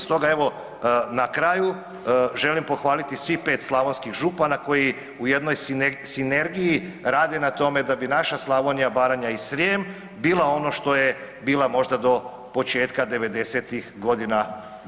Stoga evo na kraju želim pohvaliti svih 5 slavonskih župana, koji u jednoj sinergiji rade na tome da bi naša Slavonija, Baranja i Srijem bila ono što je bila možda do početka '90.-tih godina 20.